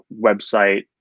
website